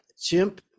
chimp